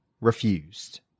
refused